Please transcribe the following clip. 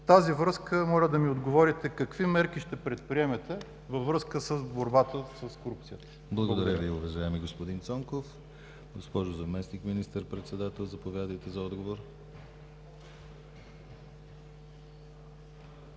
тази връзка моля да ми отговорите: какви мерки ще предприемете във връзка с борбата с корупцията? ПРЕДСЕДАТЕЛ ДИМИТЪР ГЛАВЧЕВ: Благодаря Ви, уважаеми господин Цонков. Госпожо Заместник министър-председател, заповядайте за отговор.